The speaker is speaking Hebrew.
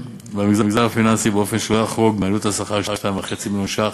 במגזר הפיננסי באופן שלא יחרוג מעלות שכר של 2.5 מיליון ש"ח,